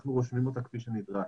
אנחנו רושמים אותה כפי שנדרש.